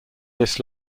this